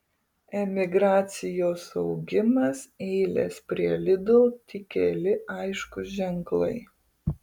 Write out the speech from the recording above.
emigracijos augimas eilės prie lidl tik keli aiškūs ženklai